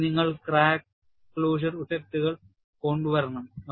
അപ്പോൾ നിങ്ങൾ crack closure ഇഫക്റ്റുകൾ കൊണ്ടുവരണം